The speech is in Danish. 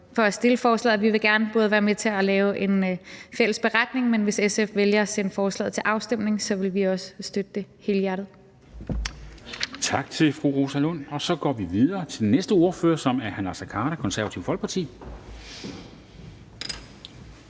for at fremsætte forslaget, og vi vil gerne være med til at lave en fælles beretning, men hvis SF vælger at sende forslaget til afstemning, vil vi også støtte det helhjertet. Kl. 10:26 Formanden (Henrik Dam Kristensen): Tak til fru Rosa Lund, og så går vi videre til den næste ordfører, som er hr. Naser Khader, Det Konservative Folkeparti.